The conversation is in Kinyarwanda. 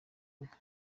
inka